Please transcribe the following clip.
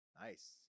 Nice